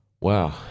Wow